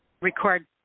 record